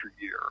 year